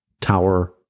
Tower